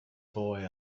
boy